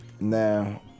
Now